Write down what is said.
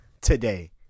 today